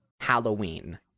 Halloween